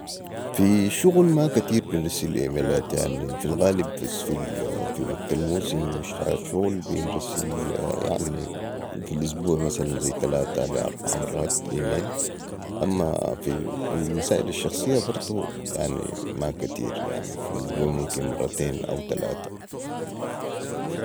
في الشغل ما كتير برسل ايميلات يعني في الغالب في وكت الموسم بتاع الشغل برنسل يعني في الأسبوع مثلا زي تلاته لي اربعه أميل اما في المسال الشخصيه برضو ماكتبر يعني في الأسبوع ممكن مرتين او تلاته